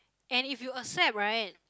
and if you accept right